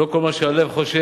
לא כל מה שהלב חושק,